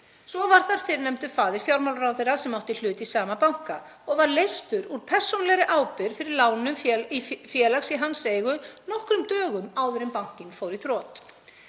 Svo var þar fyrrnefndur faðir fjármálaráðherra sem átti hlut í sama banka og var leystur úr persónulegri ábyrgð fyrir lánum í félags í hans eigu nokkrum dögum áður en bankinn fór í þrot.